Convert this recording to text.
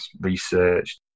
research